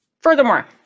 Furthermore